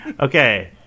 Okay